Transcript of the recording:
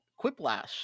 Quiplash